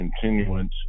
continuance